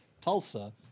Tulsa